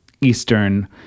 Eastern